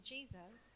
Jesus